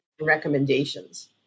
recommendations